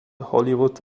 hollywood